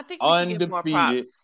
undefeated